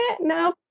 no